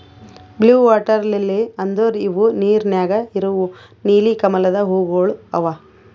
blue water lily ಅಂದುರ್ ಇವು ನೀರ ನ್ಯಾಗ ಇರವು ನೀಲಿ ಕಮಲದ ಹೂವುಗೊಳ್ ಅವಾ